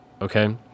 Okay